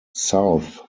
south